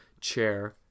chair